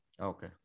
Okay